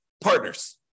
partners